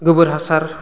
गोबोर हासार